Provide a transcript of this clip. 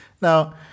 Now